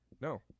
No